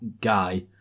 guy